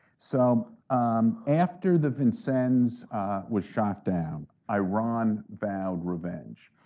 so after the vincennes was shot down, iran vowed revenge.